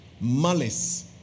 malice